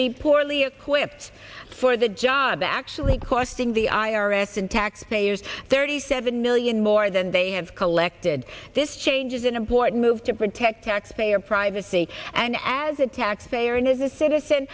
be poorly equipped for the job actually costing the i r s and taxpayers thirty seven million more than they have collected this change is an important move to protect taxpayer privacy and as a taxpayer and is a citizen